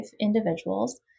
individuals